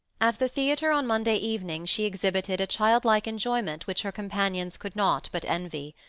at the theatre on monday evening she exhibited a childlike enjoyment which her companions could not but envy.